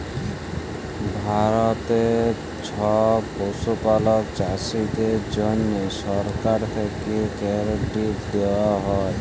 ভারতেললে ছব পশুপালক চাষীদের জ্যনহে সরকার থ্যাকে কেরডিট দেওয়া হ্যয়